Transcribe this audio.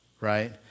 right